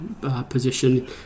position